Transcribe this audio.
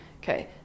Okay